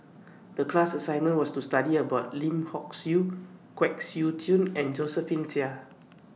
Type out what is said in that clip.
The class assignment was to study about Lim Hock Siew Kwek Siew Jin and Josephine Chia